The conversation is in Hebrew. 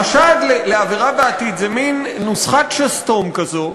החשד לעבירה בעתיד זה מין נוסחת שסתום כזו: